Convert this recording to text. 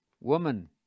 Woman